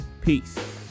Peace